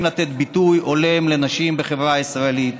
לתת ביטוי הולם לנשים בחברה הישראלית,